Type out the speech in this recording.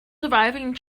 surviving